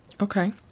Okay